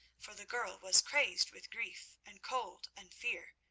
for the girl was crazed with grief and cold and fear,